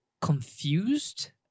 confused